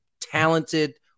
talented